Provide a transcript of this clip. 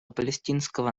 палестинского